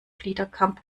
fliederkamp